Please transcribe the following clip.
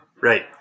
Right